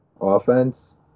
offense